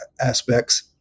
aspects